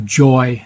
joy